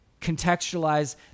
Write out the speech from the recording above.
contextualize